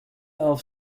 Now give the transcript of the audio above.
auf